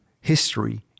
history